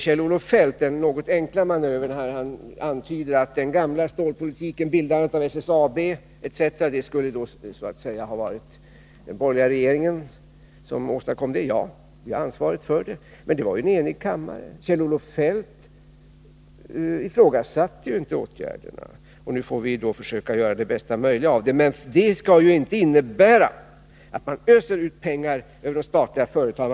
Kjell-Olof Feldt gör den något enkla manövern och antyder att det skulle ha varit den borgerliga regeringen som åstadkom den stålpolitik som ledde till bildandet av SSAB etc. Ja, vi har ansvaret för det. Men kammaren var enig — Kjell-Olof Feldt ifrågasatte inte åtgärderna. Nu får vi försöka göra det bästa möjliga av situationen, men det skall ju inte innebära att man öser ut pengar över de statliga företagen.